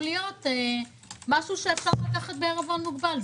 להיות משהו שאפשר לקחת בעירבון מוגבל.